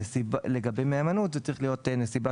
לגבי מהימנות זו צריכה להיות נסיבה